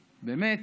באמת,